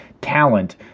talent